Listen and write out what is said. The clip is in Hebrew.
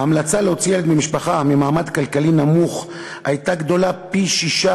ההמלצה להוציא ילד ממשפחה ממעמד כלכלי נמוך הייתה גדולה פי-שישה